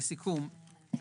לסיכום,